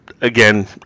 again